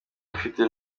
afite